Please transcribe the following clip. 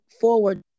forward